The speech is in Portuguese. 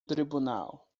tribunal